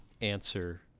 answer